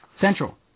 Central